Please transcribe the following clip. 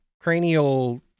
cranial